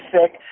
sick